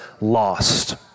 lost